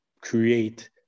create